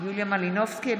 יוליה מלינובסקי,